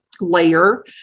layer